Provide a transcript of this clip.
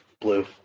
Blue